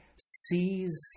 sees –